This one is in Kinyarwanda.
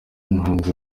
ntunze